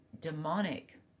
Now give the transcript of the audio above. demonic